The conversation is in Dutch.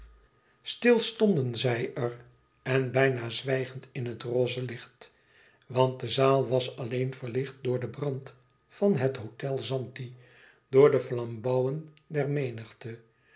stil stonden zij er en bijna zwijgend in het rosse licht want de zaal was alleen verlicht door den brand van het hôtel zanti door de flambouwen der menigte